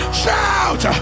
shout